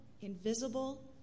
invisible